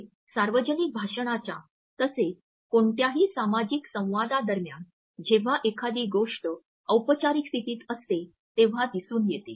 हे सार्वजनिक भाषणाच्या तसेच कोणत्याही सामाजिक संवादा दरम्यान जेव्हा एखादी गोष्ट औपचारिक स्थितीत असते तेव्हा दिसून येते